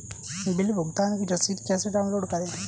Bill भुगतान की रसीद कैसे डाउनलोड करें?